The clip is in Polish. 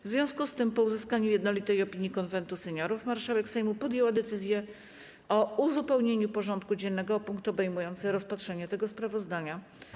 W związku z tym, po uzyskaniu jednolitej opinii Konwentu Seniorów, marszałek Sejmu podjęła decyzję o uzupełnieniu porządku dziennego o punkt obejmujący rozpatrzenie tego sprawozdania.